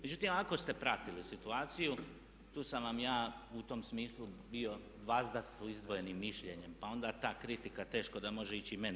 Međutim, ako ste pratili situaciju tu sam vam ja u tom smislu bio vazda s izdvojenim mišljenjem, pa onda ta kritika teško da može ići i mene.